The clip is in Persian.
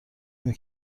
نمی